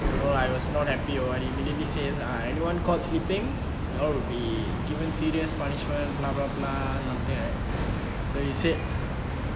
you know I was not happy about it he immediately said ah anyone caught sleeping you all would be given serious punishment blah blah blah something like that so he said